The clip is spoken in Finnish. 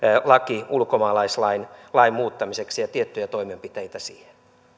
laki ulkomaalaislain muuttamiseksi ja tiettyjä toimenpiteitä siihen